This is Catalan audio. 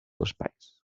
espais